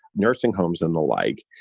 nursing homes and the like.